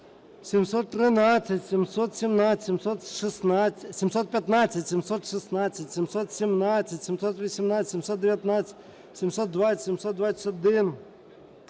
713, 717, 715, 716, 717, 718, 719, 720, 721,